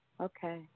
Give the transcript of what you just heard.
Okay